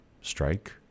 strike